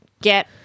get